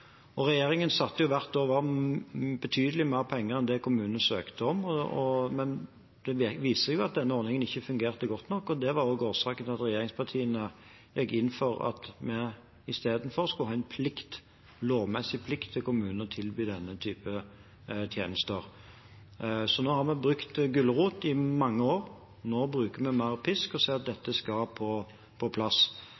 Regjeringen satte jo hvert år av betydelig mer penger enn det kommunene søkte om, men det viste seg at denne ordningen ikke fungerte godt nok, og det var også årsaken til at regjeringspartiene gikk inn for at kommunene istedenfor skulle ha en lovmessig plikt til å tilby denne typen tjenester. Nå har vi brukt gulrot i mange år, nå bruker vi mer pisk og sier at